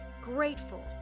grateful